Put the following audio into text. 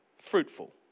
fruitful